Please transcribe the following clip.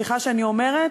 סליחה שאני אומרת,